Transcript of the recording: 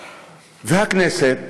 והכנסת,